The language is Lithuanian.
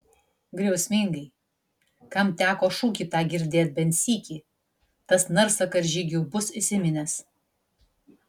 griausmingai kam teko šūkį tą girdėt bent sykį tas narsą karžygių bus įsiminęs